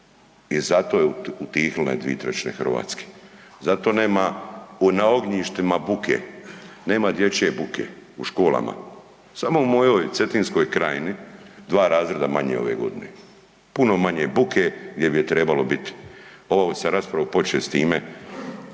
se ne razumije./... dvije trećine Hrvatske, zato nema na ognjištima buke, nema dječje buke u školama. Samo u mojoj Cetinskoj krajini 2 razreda manje ove godine. Puno manje buke gdje bi je trebalo biti. Ovu sam raspravu počeo s time,